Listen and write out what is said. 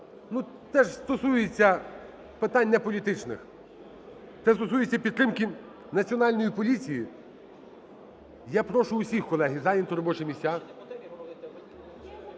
це стосується питань неполітичних, це стосується підтримки Національної поліції. Я прошу всіх, колеги, зайняти робочі місця